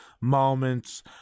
moments